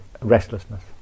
restlessness